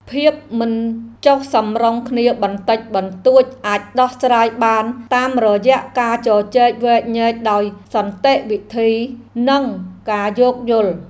ភាពមិនចុះសម្រុងគ្នាបន្តិចបន្តួចអាចដោះស្រាយបានតាមរយៈការជជែកវែកញែកដោយសន្តិវិធី និងការយោគយល់។